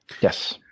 Yes